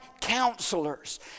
counselors